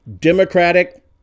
Democratic